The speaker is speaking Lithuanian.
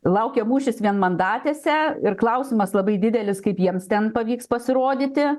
laukia mūšis vienmandatėse ir klausimas labai didelis kaip jiems ten pavyks pasirodyti